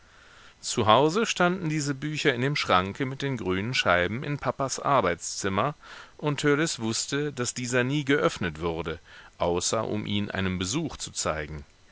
zu hause standen diese bücher in dem schranke mit den grünen scheiben in papas arbeitszimmer und törleß wußte daß dieser nie geöffnet wurde außer um ihn einem besuch zu zeigen